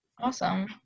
Awesome